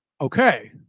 Okay